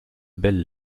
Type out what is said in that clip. belles